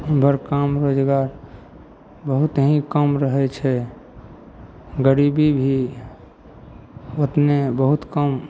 उमहर काम रोजगार बहुत ही कम रहय छै गरीबी भी ओतने बहुत कम